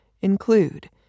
include